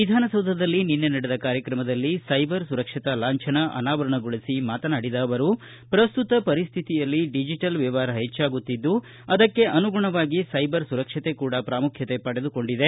ವಿಧಾನಸೌಧದಲ್ಲಿ ನಿನ್ನೆ ನಡೆದ ಕಾರ್ಯಕ್ರಮದಲ್ಲಿ ಸೈಬರ್ ಸುರಕ್ಷತಾ ಲಾಂಛನ ಅನಾವರಣಗೊಳಿಸಿ ಮಾತನಾಡಿದ ಅವರು ಪ್ರಸ್ತುತ ಪರಿಸ್ಟಿತಿಯಲ್ಲಿ ಡಿಜೆಟಲ್ ವ್ಯವಹಾರ ಹೆಚ್ಚಾಗುತ್ತಿದ್ದು ಅದಕ್ಕೆ ಅನುಗುಣವಾಗಿ ಸೈಬರ್ ಸುರಕ್ಷತೆ ಕೂಡ ಪ್ರಾಮುಖ್ಯತೆ ಪಡೆದುಕೊಂಡಿದೆ